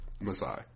Masai